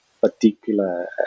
particular